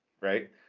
right